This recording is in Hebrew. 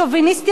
גזעניות,